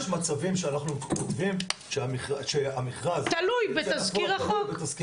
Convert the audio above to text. יש מצבים שאנחנו כותבים שהמכרז --- תלוי בתזכיר החוק.